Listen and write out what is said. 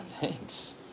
Thanks